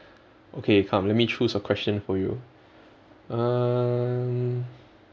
okay come let me choose a question for you um